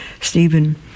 Stephen